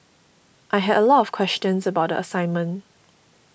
I had a lot of questions about the assignment